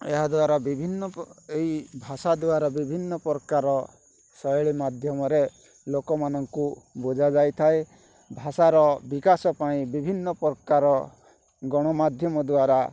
ଏହାଦ୍ୱାରା ବିଭିନ୍ନ ଏଇ ଭାଷା ଦ୍ୱାରା ବିଭିନ୍ନ ପ୍ରକାର ଶୈଳୀମାଧ୍ୟମରେ ଲୋକମାନଙ୍କୁ ବୁଝାଯାଇ ଥାଏ ଭାଷାର ବିକାଶପାଇଁ ବିଭିନ୍ନ ପ୍ରକାର ଗଣମାଧ୍ୟମଦ୍ୱାରା